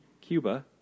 Cuba